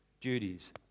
duties